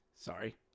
Sorry